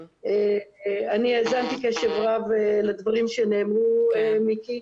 אני האזנתי בקשב רב לדברים שנאמרו, מיקי,